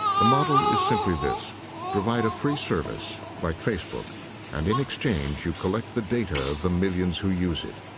the model is simply this provide a free service like facebook and in exchange, you collect the data of the millions who use it.